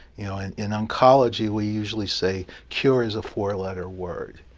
you know and in oncology, we usually say, cure is a four-letter word.